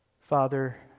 Father